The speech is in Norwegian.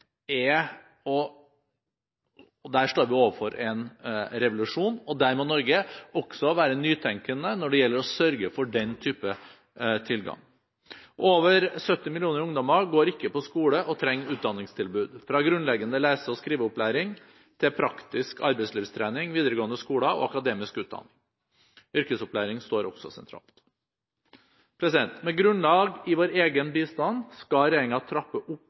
står vi overfor en revolusjon. Her må Norge være nytenkende når det gjelder å sørge for den type tilgang. Over 70 millioner ungdommer går ikke på skole og trenger utdanningstilbud, fra grunnleggende lese- og skriveopplæring til praktisk arbeidslivstrening, videregående skole og akademisk utdanning. Yrkesopplæring står også sentralt. Med grunnlag i vår egen bistand skal regjeringen trappe opp